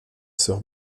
sœur